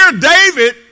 David